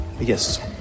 yes